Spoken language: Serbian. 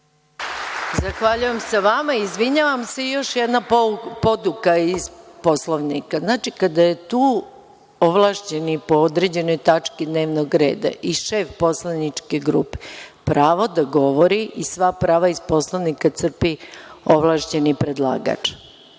Zahvaljujem se vama i izvinjavam se još jednom. Još jedna poduka iz Poslovnika. Znači, kada je tu ovlašćeni po određenoj tački dnevnog reda i šef poslaničke grupe pravo da govori i sva prava iz Poslovnika crpi ovlašćeni predlagač.